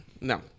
No